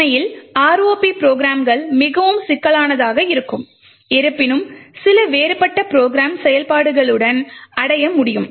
உண்மையில் ROP ப்ரோக்ராம்கள் மிகவும் சிக்கலானதாக இருக்கும் இருப்பினும் சில வேறுபட்ட ப்ரோக்ராம் செயல்பாடுகளுடன் அடைய முடியும்